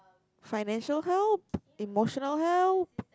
financial help emotional help